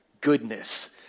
goodness